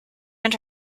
and